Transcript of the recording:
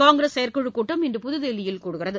காங்கிரஸ் செயற்குழுக் கூட்டம் இன்று புதுதில்லியில் நடைபெறுகிறது